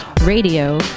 Radio